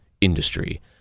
industry